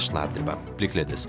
šlapdriba plikledis